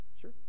sure